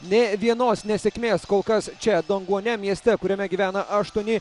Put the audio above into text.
nė vienos nesėkmės kol kas čia donguane mieste kuriame gyvena aštuoni